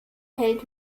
hält